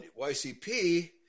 YCP